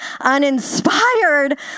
uninspired